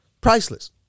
priceless